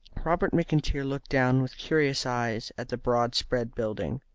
robert mcintyre looked down with curious eyes at the broad-spread building.